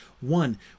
One